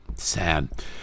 sad